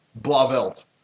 Blavelt